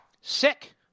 Sick